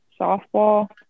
Softball